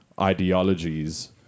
ideologies